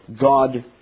God